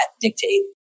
dictate